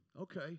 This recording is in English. okay